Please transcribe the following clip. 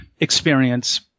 experience